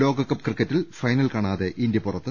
ലോകകപ്പ് ക്രിക്കറ്റിൽ ഫൈനൽ കാണാതെ ഇന്ത്യ പുറത്ത്